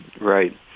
Right